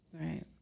right